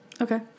Okay